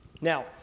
Now